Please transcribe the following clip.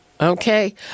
Okay